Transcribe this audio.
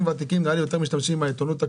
ותיקים גם יותר משתמשים בעיתונות הכתובה.